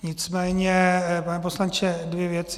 Nicméně, pane poslanče, dvě věci.